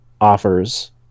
offers